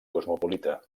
cosmopolita